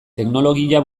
teknologia